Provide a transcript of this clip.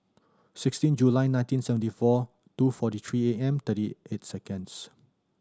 sixteen July nineteen seventy four two forty three A M thirty eight seconds